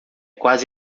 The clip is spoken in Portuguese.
quase